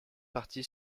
partie